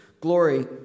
glory